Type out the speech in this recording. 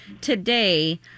today